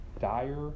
dire